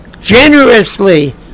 generously